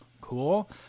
Cool